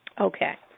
Okay